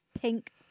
pink